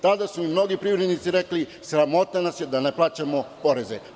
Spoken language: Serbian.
Tada su mnogi privrednici rekli - sramota nas je da ne plaćamo poreze.